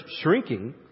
shrinking